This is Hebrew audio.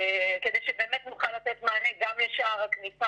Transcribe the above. כדי שנוכל לתת מענה גם לשער הכניסה